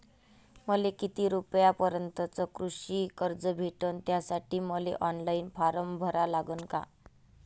मले किती रूपयापर्यंतचं कृषी कर्ज भेटन, त्यासाठी मले ऑनलाईन फारम भरा लागन का?